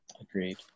Agreed